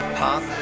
pop